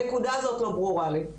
הנקודה הזאת לא ברורה לי.